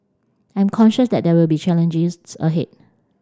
I am conscious that there will be challenges ahead